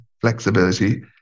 flexibility